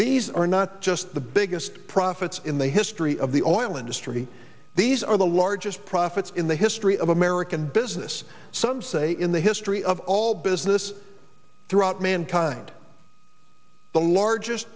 these are not just the biggest profits in the history of the oil industry these are the largest profits in the history of american business some say in the history of all business throughout mankind the largest